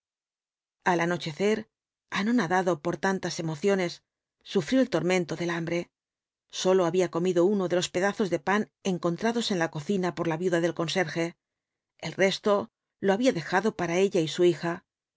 al anochecer anonadado por tantas emociones sufrió el tormento del hambre sólo había comido uno de los pedazos de pan encontrados en la cocina por la viuda del conserje el resto lo había dejado para ella y su hija